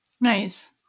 Nice